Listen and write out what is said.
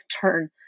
turn